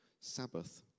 Sabbath